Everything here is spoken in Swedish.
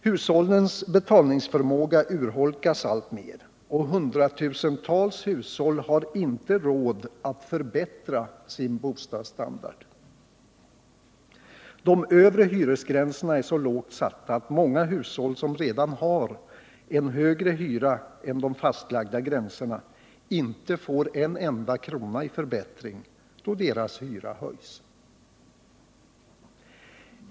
Hushållens betalningsförmåga urholkas alltmer och hundratusentals hushåll har inte råd att förbättra sin bostadsstandard. De övre hyresgränserna är så lågt satta att många hushåll som redan har en högre hyra än de fastlagda gränserna inte får en enda krona i förbättring då deras hyra höjs.